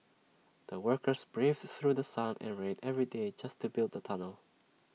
the workers braved through sun and rain every day just to build the tunnel